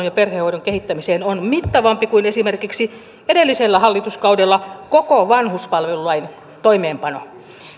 ja perhehoidon kehittämiseen on mittavampi kuin esimerkiksi edellisellä hallituskaudella koko vanhuspalvelulain toimeenpano